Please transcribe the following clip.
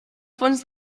fons